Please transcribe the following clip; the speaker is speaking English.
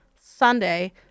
Sunday